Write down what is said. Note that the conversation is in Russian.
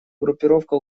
группировка